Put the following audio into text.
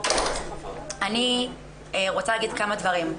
אני רוצה להגיד כמה דברים.